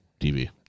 TV